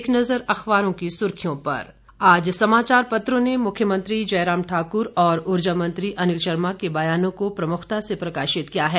एक नज़र अखबारों की सुर्खियों पर आज समाचार पत्रों ने मुख्यमंत्री जयराम ठाकुर और ऊर्जा मंत्री अनिल शर्मा के बयानों को प्रमुखता से प्रकाशित किया है